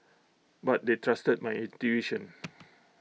but they trusted my intuition